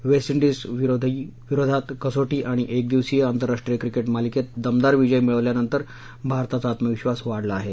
वेस्टडीजविरोधात कसोटी आणि एकदिवसीय आंतरराष्ट्रीय क्रिकेट मालिकेत दमदार विजय मिळवल्यानंतर भारताचा आत्मविक्षास वाढला आहे